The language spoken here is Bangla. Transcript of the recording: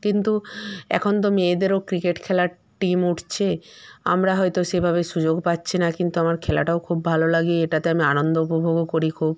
কিন্তু এখন তো মেয়েদেরও ক্রিকেট খেলার টিম উঠছে আমরা হয়তো সেভাবে সুযোগ পাচ্ছি না কিন্তু আমার খেলাটাও খুব ভালো লাগে এটাতে আমি আনন্দ উপভোগও করি খুব